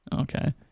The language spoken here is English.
Okay